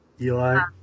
Eli